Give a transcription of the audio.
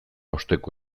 osteko